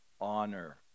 honor